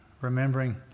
Remembering